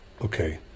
Okay